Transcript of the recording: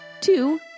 Two